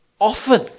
often